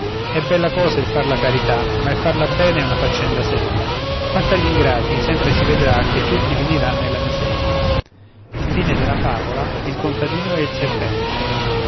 è bella cosa il far la carità ma il farla bene è una faccenda seria quanto agl'ingrati sempre si vedrà che tutti finiran nella miseria l a